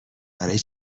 برای